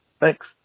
Thanks